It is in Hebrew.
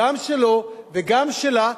גם שלו וגם שלה,